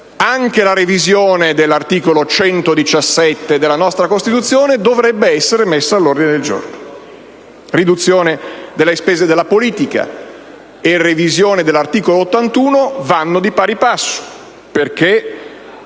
anche la revisione dell'articolo 117 della nostra Costituzione dovrebbe essere messa all'ordine del giorno. Riduzione delle spese della politica e revisione dell'articolo 81 vanno di pari passo perché